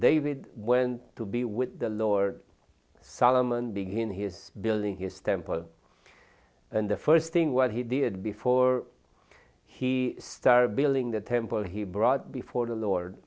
david when to be with the lord solomon begin his building his temple and the first thing what he did before he started building the temple he brought before the lord